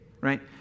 right